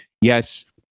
Yes